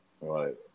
Right